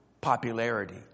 popularity